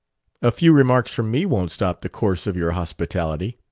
a few remarks from me won't stop the course of your hospitality.